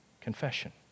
confession